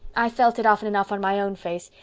i've felt it often enough on my own face.